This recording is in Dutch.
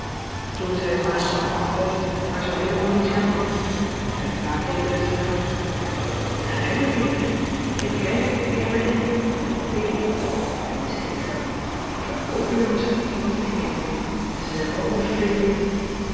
toen zei ma och maar zoo heelemaal niet charmant en pa keek weer in zijn krant daar rijm ik weer even kijken wie aan me denkt een p piet zeker ik ken hoopen jongens die piet heeten en ze zijn allemaal vervelend